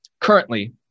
Currently